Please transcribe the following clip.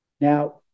Now